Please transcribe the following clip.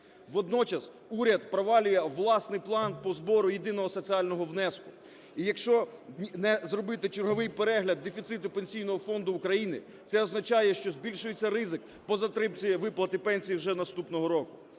Водночас уряд провалює власний план по збору єдиного соціального внеску. І якщо не зробити черговий перегляд дефіциту Пенсійного фонду України, це означає, що збільшується ризик по затримці виплати пенсій вже наступного року.